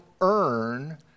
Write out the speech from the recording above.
earn